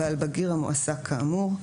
ועל בגיר המועסק כאמור.